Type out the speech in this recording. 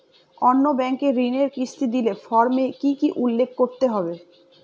অন্য ব্যাঙ্কে ঋণের কিস্তি দিলে ফর্মে কি কী উল্লেখ করতে হবে?